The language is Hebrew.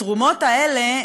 התרומות האלה,